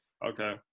Okay